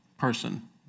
person